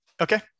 Okay